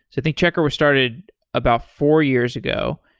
i think checkr was started about four years ago,